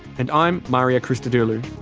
and i'm mario christodoulou